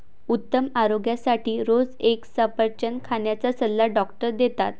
उत्तम आरोग्यासाठी रोज एक सफरचंद खाण्याचा सल्ला डॉक्टर देतात